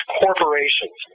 corporations